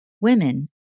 Women